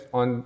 on